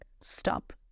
stop